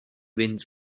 wins